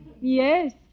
Yes